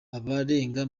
abarenga